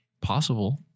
possible